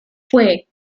fue